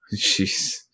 Jeez